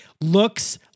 looks